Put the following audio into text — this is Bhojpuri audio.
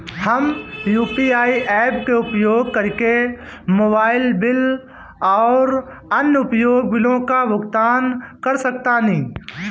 हम यू.पी.आई ऐप्स के उपयोग करके मोबाइल बिल आउर अन्य उपयोगिता बिलों का भुगतान कर सकतानी